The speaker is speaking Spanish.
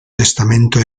testamento